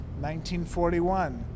1941